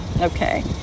okay